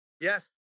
Yes